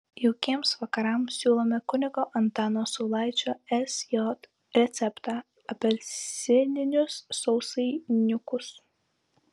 jaukiems vakarams siūlome kunigo antano saulaičio sj receptą apelsininius sausainiukus